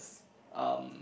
um